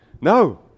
No